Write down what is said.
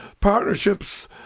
partnerships